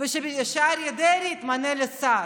ושאריה דרעי יתמנה לשר.